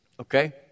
Okay